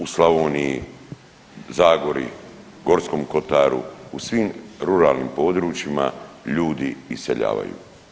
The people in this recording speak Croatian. U Slavoniji, zagori, Gorskom kotaru, u svim ruralnim područjima ljudi iseljavaju.